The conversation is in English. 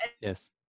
yes